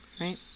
Right